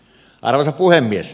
arvoisa puhemies